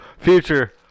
future